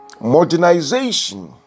modernization